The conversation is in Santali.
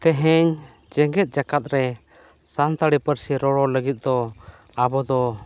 ᱛᱮᱦᱮᱧ ᱡᱮᱜᱮᱛ ᱡᱟᱠᱟᱛ ᱨᱮ ᱥᱟᱱᱛᱟᱲᱤ ᱯᱟᱹᱨᱥᱤ ᱨᱚᱨᱚᱲ ᱞᱟᱹᱜᱤᱫ ᱫᱚ ᱟᱵᱚ ᱫᱚ